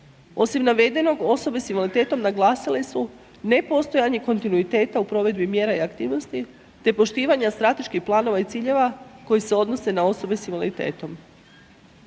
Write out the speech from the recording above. Osim navedenog, osobe s invaliditetom, naglasile su nepostojanje kontinuiteta u provedbi mjera i aktivnosti te poštivanja strateških planova i ciljeva koji se odnose na osobe s invaliditetom.